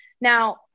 now